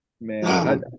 Man